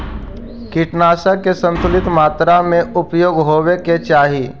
कीटनाशक के संतुलित मात्रा में उपयोग होवे के चाहि